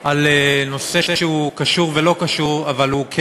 על נושא שהוא קשור ולא קשור, אבל הוא כן.